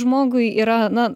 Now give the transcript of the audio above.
žmogui yra na